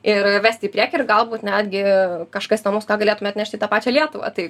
ir vesti į priekį ir galbūt netgi kažkas įdomaus ką galėtume atnešti į tą pačią lietuvą tai